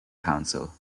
council